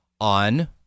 on